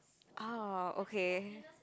oh okay